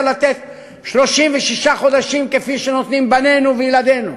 לתת 36 חודשים כפי שנותנים בנינו וילדינו,